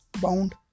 Bound